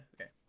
Okay